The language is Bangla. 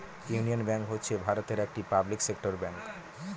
ইউনিয়ন ব্যাঙ্ক হচ্ছে ভারতের একটি পাবলিক সেক্টর ব্যাঙ্ক